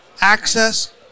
access